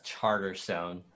Charterstone